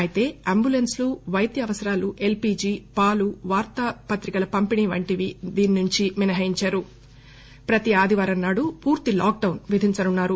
ఐతే అంబులెస్స్లు పైద్య అవసరాలు ఎల్పిజీ పాలు వార్తా పత్రికల పంపిణీ వంటివి ఆ దేశాల నుంచి మినహాయించినా ప్రతి ఆదివారం నాడు పూర్తి లాక్ డౌన్ విధించనున్నారు